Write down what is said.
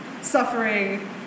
suffering